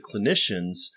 clinicians